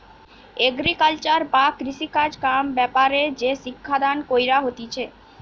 agriculture বা কৃষিকাজ কাম ব্যাপারে যে শিক্ষা দান কইরা হতিছে